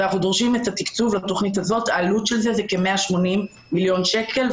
אנחנו דורשים את התקצוב לתוכנית הזאת שעלותה כ-180 מיליון שקל.